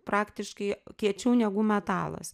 praktiškai kiečiau negu metalas